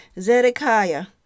Zedekiah